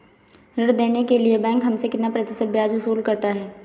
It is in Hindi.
ऋण देने के लिए बैंक हमसे कितना प्रतिशत ब्याज वसूल करता है?